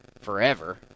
forever